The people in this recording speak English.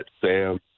Sam